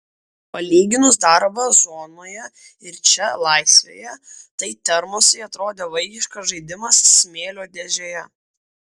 palyginus darbą zonoje ir čia laisvėje tai termosai atrodė vaikiškas žaidimas smėlio dėžėje